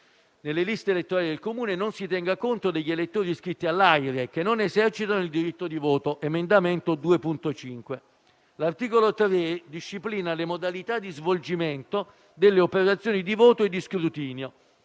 nelle liste elettorali del Comune non si tenga conto degli elettori iscritti all'AIRE che non esercitano il diritto di voto (emendamento 2.5). L'articolo 3 disciplina le modalità di svolgimento delle operazioni di voto e di scrutinio.